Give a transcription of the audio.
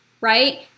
right